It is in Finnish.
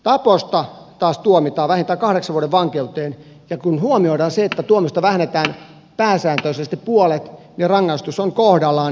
taposta taas tuomitaan vähintään kahdeksan vuoden vankeuteen ja kun huomioidaan se että tuomiosta vähennetään pääsääntöisesti puolet niin rangaistus on kohdallaan